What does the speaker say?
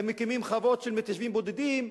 מקימים חוות של מתיישבים בודדים,